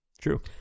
True